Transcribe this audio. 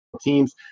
teams